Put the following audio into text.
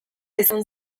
izan